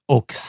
Och